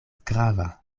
grava